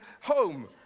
home